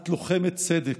את לוחמת צדק.